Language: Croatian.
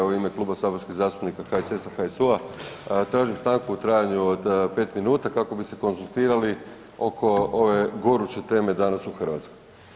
U ime Kluba saborskih zastupnika HSS-a, HSU-a tražim stanku u trajanju od 5 minuta kako bi se konzultirali oko ove goruće teme danas u Hrvatskoj.